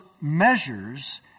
measures